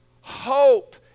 hope